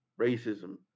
racism